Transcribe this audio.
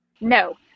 No